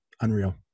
Unreal